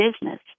business